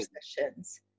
sessions